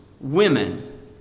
women